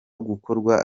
gukorwa